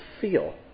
feel